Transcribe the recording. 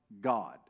God